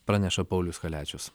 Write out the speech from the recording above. praneša paulius kaliačius